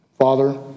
Father